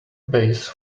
base